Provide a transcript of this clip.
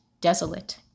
desolate